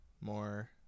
more